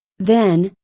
then,